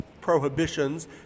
prohibitions